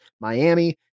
Miami